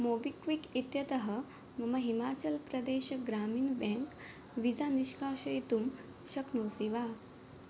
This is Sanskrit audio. मोबिक्विक् इत्यतः मम हिमाचल् प्रदेश् ग्रामिन् ब्याङ्क् वीसा निष्कासयितुं शक्नोषि वा